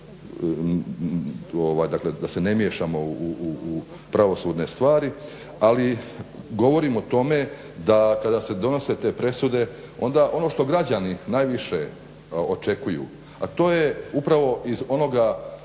da se ne miješamo u pravosudne stvari. Ali, govorim o tome da kada se donose te presude onda ono što građani najviše očekuju, a to je upravo iz onoga